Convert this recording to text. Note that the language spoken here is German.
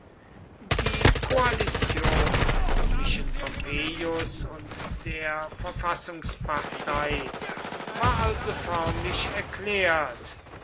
die koalition zwischen pompeius und der verfassungspartei war also förmlich erklärt